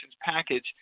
package